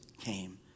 came